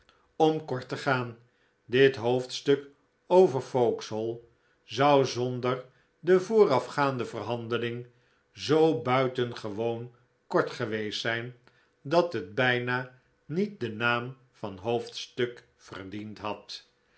om kort te gaan dit hoofdstuk over vauxhall zou zonder de voorafgaande verhandeling zoo buitengewoon kort geweest zijn dat het bijna niet den naam van hoofdstuk verdiend had